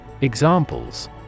Examples